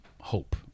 hope